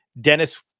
Dennis